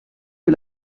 que